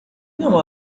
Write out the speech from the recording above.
não